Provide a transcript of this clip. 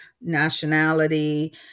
nationality